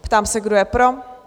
Ptám se, kdo je pro?